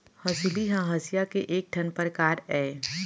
हँसुली ह हँसिया के एक ठन परकार अय